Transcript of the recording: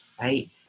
right